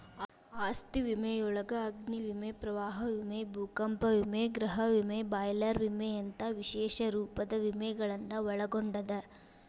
ಆಸ್ತಿ ವಿಮೆಯೊಳಗ ಅಗ್ನಿ ವಿಮೆ ಪ್ರವಾಹ ವಿಮೆ ಭೂಕಂಪ ವಿಮೆ ಗೃಹ ವಿಮೆ ಬಾಯ್ಲರ್ ವಿಮೆಯಂತ ವಿಶೇಷ ರೂಪದ ವಿಮೆಗಳನ್ನ ಒಳಗೊಂಡದ